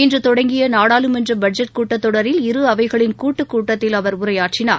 இன்று தொடங்கிய நாடாளுமன்றத்தின் பட்ஜெட் கூட்டத் தொடரில் இரு அவைகளின் கூட்டு கூட்டத்தில் அவர் உரையாற்றினார்